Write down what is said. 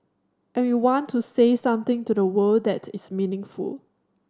and we want to say something to the world that is meaningful